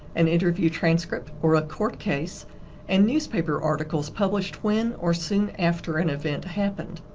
an interview transcript, or a court case and newspaper articles published when or soon after an event happened.